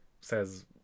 says